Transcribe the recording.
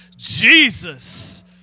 Jesus